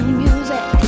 music